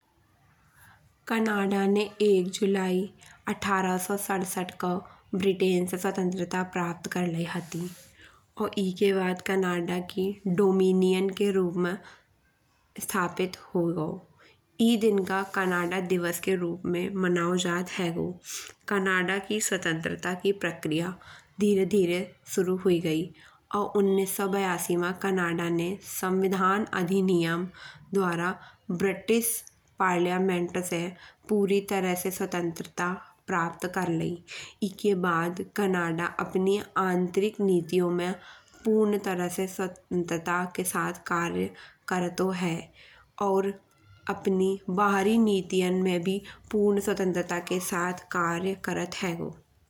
कनाडा ने एक जुलाई अठारह सत्तर को ब्रिटेन से स्वतंत्रता प्राप्त कर लई हती। और ए के बाद कनाडा की डोमिनियन के रूप मा स्थापित हो गओ। ए दिन का कनाडा दिवस के रूप में मनाओ जात हेगो। कनाडा की स्वतंत्रता की प्रक्रिया धीरे धीरे शुरू हुई गई। और उन्नीस सौ बयासी मा कनाडा ने संविधान अधिनियम द्वारा ब्रिटिश पार्लियामेंट से पूरी तरह से स्वतंत्रता प्राप्त कर लई। ए के बाद कनाडा अपनी आंतरिक नीतियों में पूर्ण तरह से स्वतंत्रता के साथ कार्य करतो है। और अपनी बाहरी नीतियों में भी पूर्ण स्वतंत्रता के साथ कार्य करात हेगो।